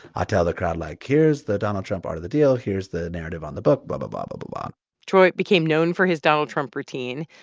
ah tell the crowd, like, here's the donald trump art of the deal. here's the narrative on the book blah, but blah, blah, blah, blah troy became known for his donald trump routine.